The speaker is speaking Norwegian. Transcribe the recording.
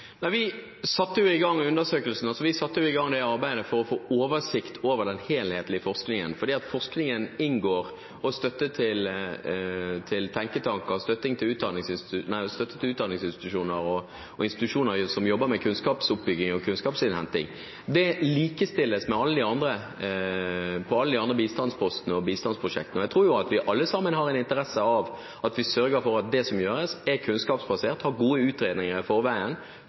arbeidet, for å få oversikt over den helhetlige forskningen, for i forskningen inngår det også støtte til tenketanker, støtte til utdanningsinstitusjoner og institusjoner som jobber med kunnskapsoppbygging og kunnskapsinnhenting. Det likestilles med alle de andre bistandspostene og bistandsprosjektene. Men jeg tror jo at vi alle sammen har en interesse av å sørge for at det som gjøres, er kunnskapsbasert, at vi har gode utredninger